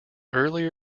early